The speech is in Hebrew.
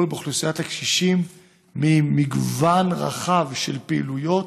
באוכלוסיית הקשישים במגוון רחב של פעילויות,